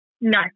No